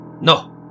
No